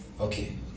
Okay